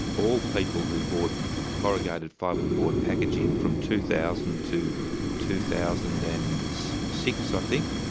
all people who bought corrugated fibreboard packaging from two thousand to two thousand and six, i think,